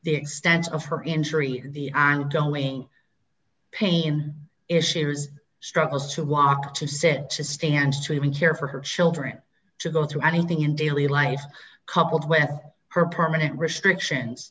the extent of her injury the ongoing pain issues struggles to walk to said she stands to even care for her children to go through anything in daily life coupled with her permanent restrictions